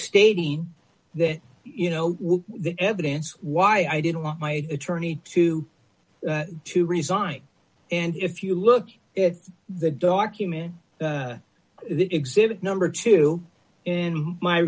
stating that you know the evidence why i didn't want my attorney to to resign and if you look it's the document that exhibit number two in my